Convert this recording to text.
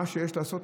מה שיש לעשות,